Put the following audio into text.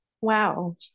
Wow